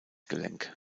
gelenk